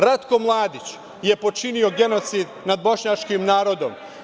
Ratko Mladić je počinio genocid nad bošnjačkim narodom.